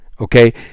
Okay